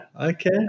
Okay